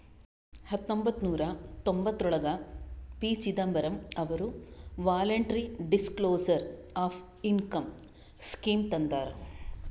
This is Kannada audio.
ಹತೊಂಬತ್ತ ನೂರಾ ತೊಂಭತ್ತಯೋಳ್ರಾಗ ಪಿ.ಚಿದಂಬರಂ ಅವರು voluntary disclosure of income scheme ತಂದಾರ